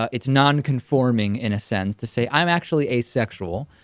it's non-conforming in a sense to say i'm actually asexual ah.